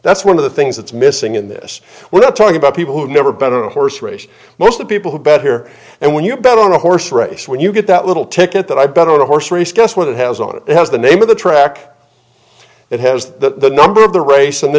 that's one of the things that's missing in this we're not talking about people who've never bet on a horse race horse the people who bet here and when you bet on a horse race when you get that little ticket that i bet on a horse race guess what it has on it has the name of the track it has the number of the race and the